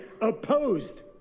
opposed